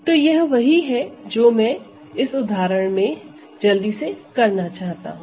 तो यह वही है जो मैं इस उदाहरण में जल्दी से करना चाहता हूं